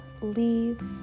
leaves